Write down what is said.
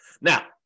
now